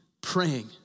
praying